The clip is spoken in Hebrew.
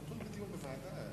אפשר דיון בוועדה?